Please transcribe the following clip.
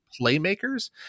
playmakers